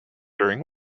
during